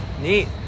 Neat